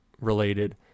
related